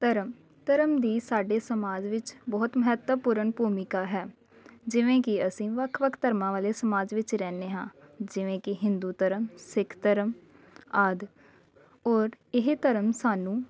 ਧਰਮ ਧਰਮ ਦੀ ਸਾਡੇ ਸਮਾਜ ਵਿੱਚ ਬਹੁਤ ਮਹੱਤਵਪੂਰਨ ਭੂਮਿਕਾ ਹੈ ਜਿਵੇਂ ਕਿ ਅਸੀਂ ਵੱਖ ਵੱਖ ਧਰਮਾਂ ਵਾਲੇ ਸਮਾਜ ਵਿੱਚ ਰਹਿੰਦੇ ਹਾਂ ਜਿਵੇਂ ਕਿ ਹਿੰਦੂ ਧਰਮ ਸਿੱਖ ਧਰਮ ਆਦਿ ਹੋਰ ਇਹ ਧਰਮ ਸਾਨੂੰ